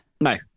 No